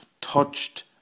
touched